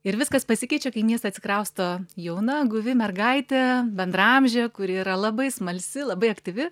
ir viskas pasikeičia kai į miestą atsikrausto jauna guvi mergaitė bendraamžė kuri yra labai smalsi labai aktyvi